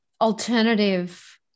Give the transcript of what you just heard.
alternative